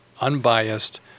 unbiased